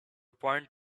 point